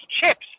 chips